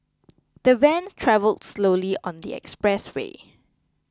the van travelled slowly on the motorway